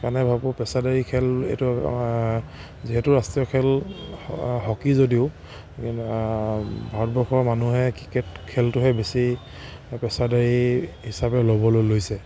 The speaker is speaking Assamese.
সেইকাৰণে ভাবোঁ পেছাদাৰী খেল এইটো যিহেতু ৰাষ্ট্ৰীয় খেল হকী যদিও ভাৰতবৰ্ষৰ মানুহে ক্ৰিকেট খেলটোহে বেছি পেছাদাৰী হিচাপে ল'বলৈ লৈছে